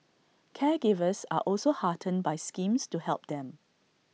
caregivers are also heartened by schemes to help them